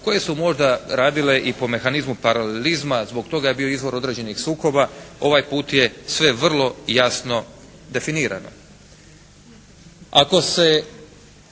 koje su možda radile i po mehanizmu paralelizma, zbog toga je bio izvor određenih sukoba. Ovaj put je sve vrlo jasno definirano.